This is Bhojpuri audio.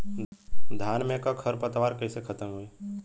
धान में क खर पतवार कईसे खत्म होई?